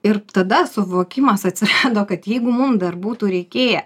ir tada suvokimas atsirado kad jeigu mum dar būtų reikėję